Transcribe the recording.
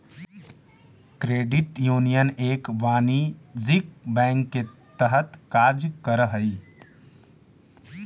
credit union एक वाणिज्यिक bank के तरह कार्य करऽ हइ